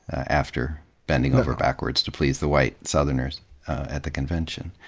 after bending over backwards to please the white southerners at the convention.